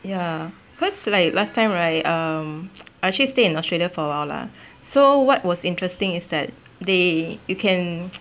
ya because like last time right I actually stay in australia for while lah so what was interesting is that they you can